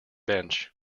bench